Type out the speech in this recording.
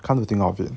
come to think of it